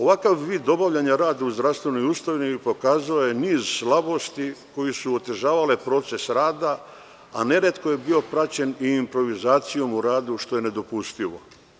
Ovakav vid obavljanja rada u zdravstvenoj ustanovi pokazao je niz slabosti koje su otežavale proces rada, a neretko je bio praćen i improvizacijom u radu, što je nedopustivo.